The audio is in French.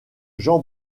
jean